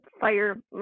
fire